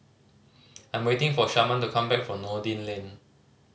I'm waiting for Sharman to come back from Noordin Lane